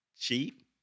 cheap